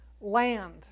land